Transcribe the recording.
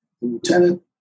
Lieutenant